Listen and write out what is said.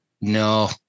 No